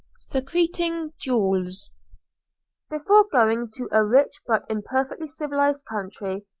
secreting jewels before going to a rich but imperfectly civilised country,